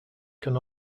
can